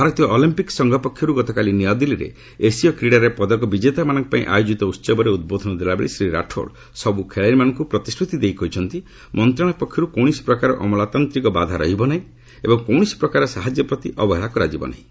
ଭାରତୀୟ ଅଲିମ୍ପିକ୍ ସଂଘ ପକ୍ଷରୁ ଗତକାଲି ନୂଆଦିଲ୍ଲୀରେ ଏସୀୟ କ୍ରୀଡ଼ାରେ ପଦକ ବିଜେତାମାନଙ୍କ ପାଇଁ ଆୟୋଜିତ ଉତ୍ବୋଧନ ଦେଲାବେଳେ ଶ୍ରୀ ରାଠୋଡ୍ ସବୁ ଖେଳାଳିମାନଙ୍କୁ ପ୍ରତିଶ୍ରୁତି ଦେଇ କହିଛନ୍ତି ମନ୍ତ୍ରଣାଳୟ ପକ୍ଷରୁ କୌଣସି ପ୍ରକାରର ଅମଲାତନ୍ତ୍ରୀକ ବାଧା ରହିବ ନାହିଁ ଏବଂ କୌଣସି ପ୍ରକାରର ସାହାଯ୍ୟ ପ୍ରତି ଅବହେଳା କରାଯିବ ନାହିଁ